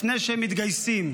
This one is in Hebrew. לפני שהם מתגייסים.